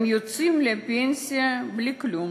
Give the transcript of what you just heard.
הם יוצאים לפנסיה בלי כלום,